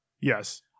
Yes